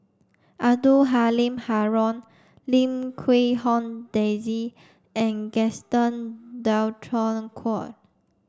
Abdul Halim Haron Lim Quee Hong Daisy and Gaston Dutronquoy